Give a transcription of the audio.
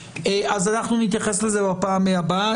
אם כן, אנחנו נתייחס לנושא הזה בדיון הבא.